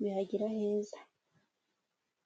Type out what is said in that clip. bihagira heza.